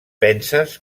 penses